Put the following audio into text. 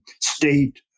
state